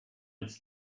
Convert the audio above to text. its